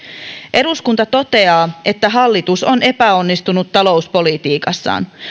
eduskunta toteaa että hallitus on epäonnistunut talouspolitiikassaan